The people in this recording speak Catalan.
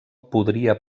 podria